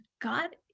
God